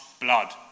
blood